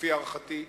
לפי הערכתי.